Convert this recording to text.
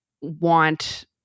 want